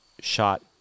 shot